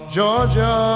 Georgia